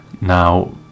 Now